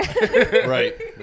right